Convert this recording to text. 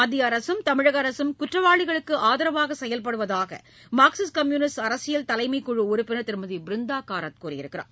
மத்திய அரசும் தமிழக அரசும் குற்றவாளிகளுக்கு ஆதரவாக செயல்படுவதாக மார்க்சிஸ்ட் கம்யூனிஸ்ட் அரசியல் தலைமைக் குழு உறுப்பினர் திருமதி பிருந்தா காரத் கூறியுள்ளார்